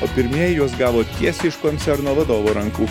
o pirmieji juos gavo tiesiai iš koncerno vadovo rankų